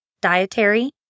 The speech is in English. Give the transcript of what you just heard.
dietary